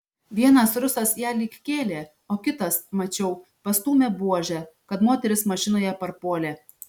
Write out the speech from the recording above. vienas rusas ją lyg kėlė o kitas mačiau pastūmė buože kad moteris mašinoje parpuolė